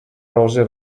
rose